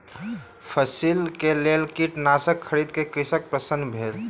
फसिलक लेल कीटनाशक खरीद क कृषक प्रसन्न भेल